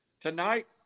Tonight